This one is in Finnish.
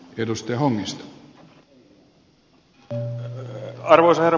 arvoisa herra puhemies